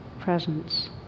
presence